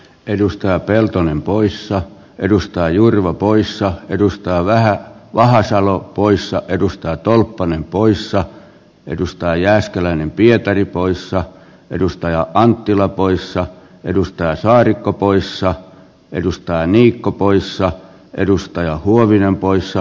edustaja peltonen poissa edustaja jurva poissa edustaja vahasalo poissa edustaja tolppanen poissa edustaja jääskeläinen pietari poissa edustaja anttila poissa edustaja saarikko poissa edustaja niikko poissa edustaja huovinen poissa